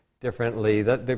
differently